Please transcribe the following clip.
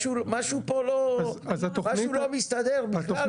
משהו פה לא מסתדר בכלל בכלל.